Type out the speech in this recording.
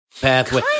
pathway